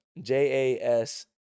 J-A-S